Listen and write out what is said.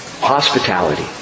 Hospitality